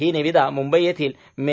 ही निविदा मुंबई येथील मे